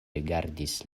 rigardas